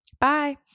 Bye